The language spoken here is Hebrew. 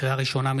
לקריאה ראשונה,